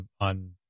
on